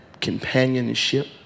companionship